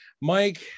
Mike